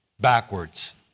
backwards